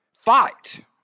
fight